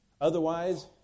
Otherwise